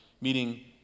meaning